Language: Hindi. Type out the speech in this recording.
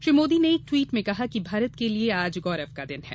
श्री मोदी ने एक टवीट में कहा कि भारत के लिए आज गौरव का दिन है